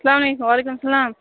سلام علیکُم وعلیکُم سلام